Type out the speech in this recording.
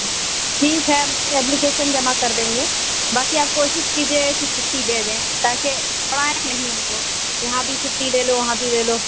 ٹھیک ہے اپلیکیشن جمع کر دیں گے باقی آپ کوشش کیجیے گا کہ چھٹی دے دیں تاکہ پڑھائیں نہیں ہم کو یہاں بھی چھٹی لے لو وہاں بھی لے لو